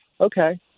Okay